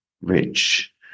rich